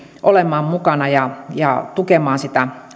olemaan mukana ja ja tukemaan sitä